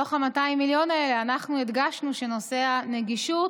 ומתוך 200 המיליון האלה אנחנו הדגשנו שנושא הנגישות